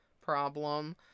problem